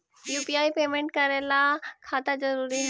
UPI payment करे ला खाता जरूरी है?